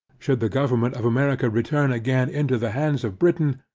should the government of america return again into the hands of britain,